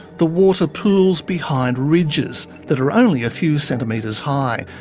the water pools behind ridges that are only a few centimetres high,